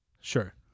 Sure